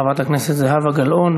חברת הכנסת זהבה גלאון,